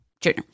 junior